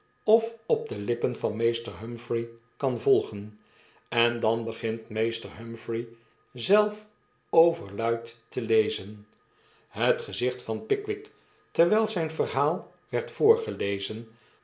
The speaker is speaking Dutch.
of op de lippen van meester humphrey kan volgen en dan begint meester humphrey zelf overluid te lezen het gezicht van pickwick terwyl zyn verhaal werd voorgelezen